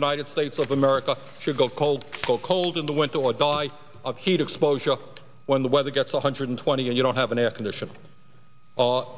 united states of america should go cold so cold in the winter or die of heat exposure when the weather gets one hundred twenty and you don't have an air conditioner